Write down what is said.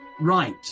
Right